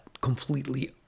completely